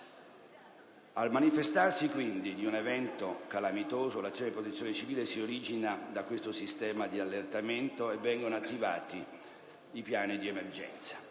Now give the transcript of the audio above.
Al manifestarsi quindi di un evento calamitoso, l'azione di protezione civile si origina da questo sistema di allertamento e vengono attivati i piani di emergenza.